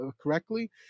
correctly